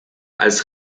als